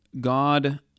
God